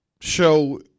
show